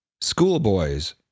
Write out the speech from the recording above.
Schoolboys